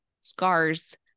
scars